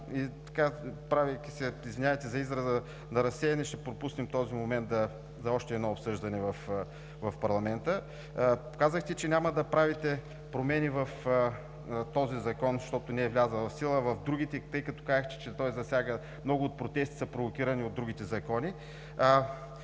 …правейки се, извинявайте за израза, на разсеяни, ще пропуснем този момент за още едно обсъждане в парламента? Казахте, че няма да правите промени в този закон, защото не е влязъл в сила. А в другите? Тъй като казахте, че той засяга, много от протестите са провокирани от другите закони?